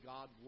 God